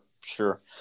sure